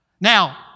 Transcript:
Now